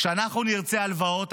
כשאנחנו נרצה הלוואות,